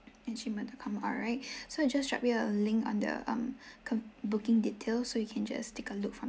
at gmail dot com alright so we just drop you a link on the um co~ booking details so you can just take a look from